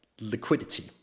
liquidity